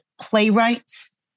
playwrights